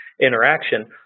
interaction